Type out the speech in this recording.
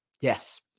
Yes